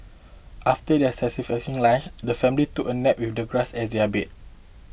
after their satisfying lunch the family took a nap with the grass as their bed